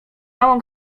małą